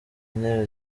ntebe